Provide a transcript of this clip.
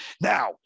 Now